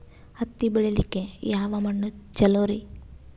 ಹತ್ತಿ ಬೆಳಿಲಿಕ್ಕೆ ಯಾವ ಮಣ್ಣು ಚಲೋರಿ?